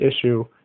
issue